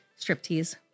striptease